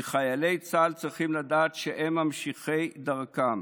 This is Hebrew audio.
כי חיילי צה"ל צריכים לדעת שהם ממשיכי דרכם.